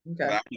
Okay